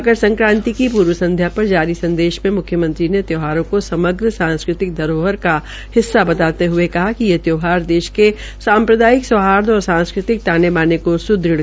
मकर संक्रांति की पूर्व संध्या पर जारी सन्देश में मुख्यमंत्री ने त्योहारों को समग्र सांस्कृतिक धरोहर का हिस्सा बताते हुए कहा कि ये त्योहार देश के साम्प्रदायिक सौहार्द और सांस्कृतिक ताने बाने को सुदृढ़ करते हैं